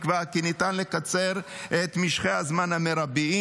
נקבע כי ניתן לקצר את משכי הזמן המרביים,